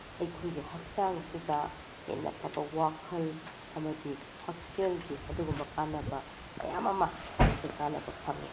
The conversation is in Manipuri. ꯑꯩꯈꯣꯏꯒꯤ ꯍꯛꯆꯥꯡꯁꯤꯗ ꯍꯦꯟꯅ ꯐꯕ ꯋꯥꯈꯜ ꯑꯃꯗꯤ ꯍꯛꯁꯦꯜꯒꯤ ꯑꯗꯨꯒꯨꯝꯕ ꯀꯥꯟꯅꯕ ꯃꯌꯥꯝ ꯑꯃ ꯑꯩꯈꯣꯏ ꯀꯥꯟꯅꯕ ꯐꯪꯉꯤ